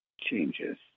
changes